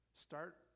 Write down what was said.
start